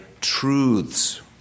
truths